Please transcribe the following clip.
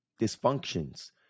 dysfunctions